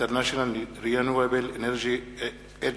International Renewable Energy Agency,